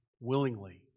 willingly